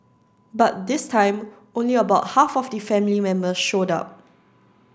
but this time only about half of the family members showed up